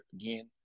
again